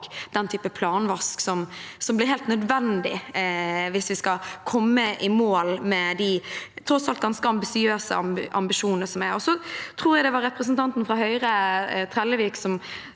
bak den typen planvask som blir helt nødvendig hvis vi skal komme i mål med de tross alt ganske ambisiøse ambisjonene vi har. Jeg tror det var representanten fra Høyre, Trellevik,